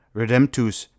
redemptus